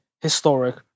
historic